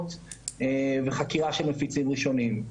מהנפגעות וחקירה של מפיצים ראשונים.